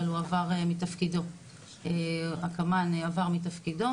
אבל הועבר מתפקידו הק"מן הועבר מתפקידו